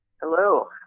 Hello